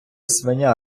свиня